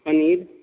paneer